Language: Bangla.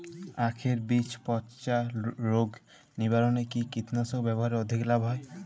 আঁখের বীজ পচা রোগ নিবারণে কি কীটনাশক ব্যবহারে অধিক লাভ হয়?